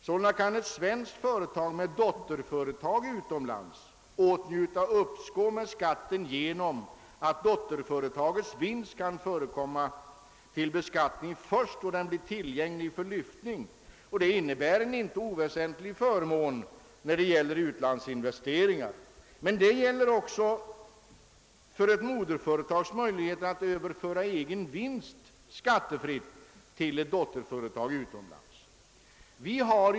Sålunda kan ett svenskt företag med dotterföretag utomlands få uppskov med skatten genom att dotterföretagets vinst skall leda till beskattning först då den blir tillgänglig för lyftning. Det innebär en icke oväsentlig förmån när det gäller utlandsinvesteringar. Men motsvarande gäller också för ett moderföretags möjligheter att överföra egen vinst skattefritt till ett dotterföretag utomlands.